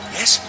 Yes